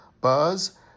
Buzz